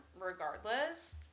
regardless